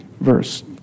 verse